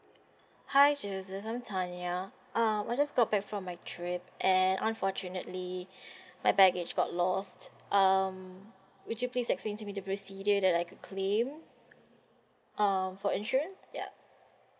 hi joseph I'm tanya um I just got back from my trip and unfortunately my baggage got lost um would you please explain to me the procedure that I could claim um for insurance ya